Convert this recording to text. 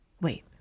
Wait